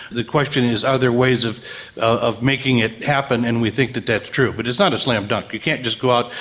the question is are there ways of of making it happen, and we think that that's true. but it's not a slam-dunk, you can't just go out,